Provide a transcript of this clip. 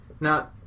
Now